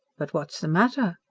but what's the matter?